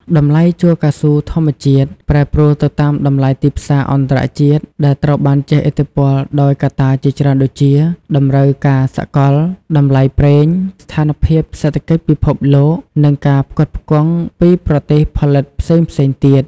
តម្លៃជ័រកៅស៊ូធម្មជាតិ ប្រែប្រួលទៅតាមតម្លៃទីផ្សារអន្តរជាតិ ដែលត្រូវបានជះឥទ្ធិពលដោយកត្តាជាច្រើនដូចជា តម្រូវការសកល តម្លៃប្រេង ស្ថានភាពសេដ្ឋកិច្ចពិភពលោកនិងការផ្គត់ផ្គង់ពីប្រទេសផលិតផ្សេងៗទៀត។